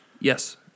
Yes